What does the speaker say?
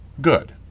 Good